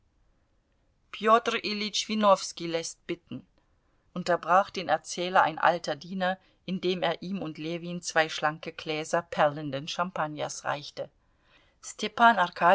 winowski läßt bitten unterbrach den erzähler ein alter diener indem er ihm und ljewin zwei schlanke gläser perlenden champagners reichte stepan